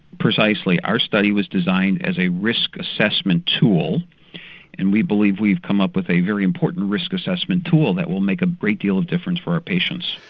precisely. our study was designed as a risk assessment tool and we believe we've come up with a very important risk assessment tool that will make a great deal of difference for our patients.